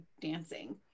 dancing